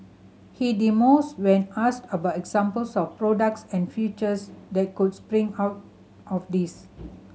he demurs when asked about examples of products and features that could spring out of this